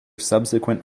subsequent